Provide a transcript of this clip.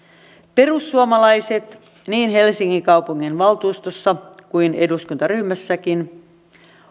perussuomalaiset niin helsingin kaupunginvaltuustossa kuin eduskuntaryhmässäkin